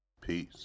peace